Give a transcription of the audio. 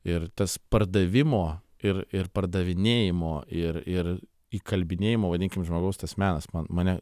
ir tas pardavimo ir ir pardavinėjimo ir ir įkalbinėjimo vadinkim žmogaus tas menas man mane